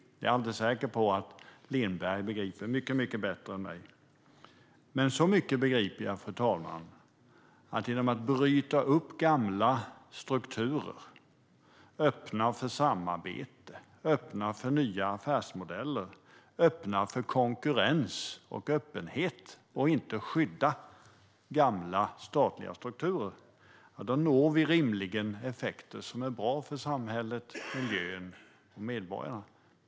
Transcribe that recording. Jag är alldeles säker på att Lindberg begriper det mycket bättre än jag. Men så mycket begriper jag, fru talman, att vi genom att bryta upp gamla strukturer, öppna för samarbete, nya affärsmodeller, konkurrens och öppenhet och inte skydda gamla statliga strukturer rimligen når effekter som är bra för samhället, miljön och medborgarna.